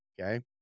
Okay